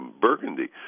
Burgundy